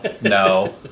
No